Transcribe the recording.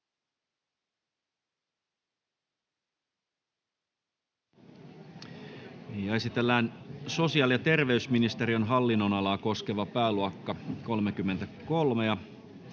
Esitellään sosiaali- ja terveysministeriön hallin-nonalaa koskeva pääluokka 33.